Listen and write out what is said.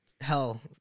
hell